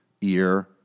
ear